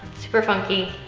super funky,